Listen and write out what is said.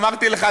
אמרתי לך,